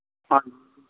ਹਾ